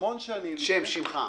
שנקראת